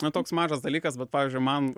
na toks mažas dalykas bet pavyzdžiui man